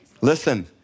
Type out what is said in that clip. Listen